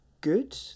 good